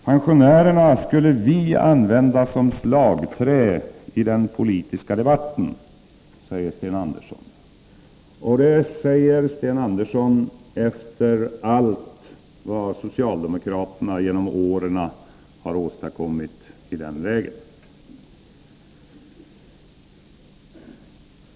Pensionärerna skulle vi använda som slagträ i den politiska debatten, säger Sten Andersson. Och det säger Sten Andersson efter allt vad socialdemokraterna genom åren har åstadkommit i den vägen!